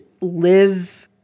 live